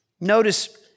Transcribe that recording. Notice